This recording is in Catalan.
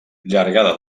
llargada